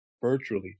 virtually